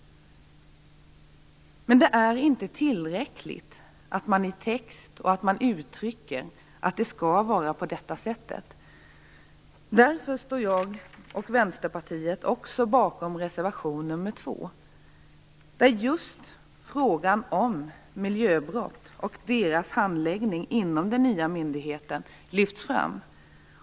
Men det är inte tillräckligt att man i text uttrycker att det skall vara på det här sättet. Därför står jag och Vänsterpartiet bakom reservation 2, där just frågan om miljöbrott och deras handläggning inom den nya myndigheten lyfts fram.